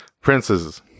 princes